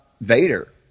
Vader